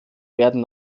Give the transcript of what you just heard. werden